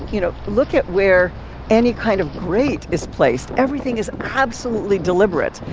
you know, look at where any kind of grate is placed. everything is absolutely deliberate.